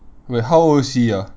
wait how old is he ah